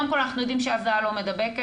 קודם כל אנחנו יודעים שהזעה לא מדבקת,